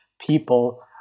people